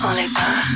Oliver